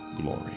glory